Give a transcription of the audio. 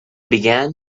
began